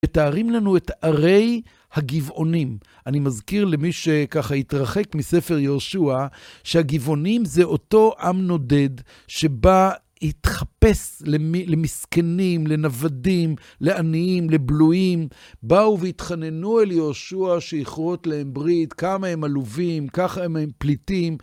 מתארים לנו את ערי הגבעונים. אני מזכיר למי שככה התרחק מספר יהושע, שהגבעונים זה אותו עם נודד שבא התחפש למסכנים, לנוודים, לעניים, לבלויים. באו והתחננו אל יהושע שיכרות להם ברית, כמה הם עלובים, ככה הם פליטים.